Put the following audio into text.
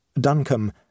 Duncombe